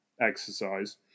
exercise